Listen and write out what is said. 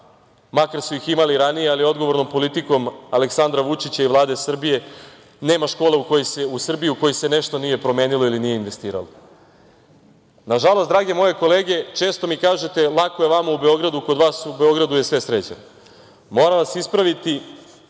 makar su ih imali ranije, ali odgovornom politikom Aleksandra Vučića i Vlade Srbije nema škole u Srbiji u kojoj se nešto nije promenilo ili nije investiralo. Nažalost, drage moje kolege, često mi kažete - lako je vama u Beogradu, kod vas u Beogradu je sve sređeno, moram vas ispraviti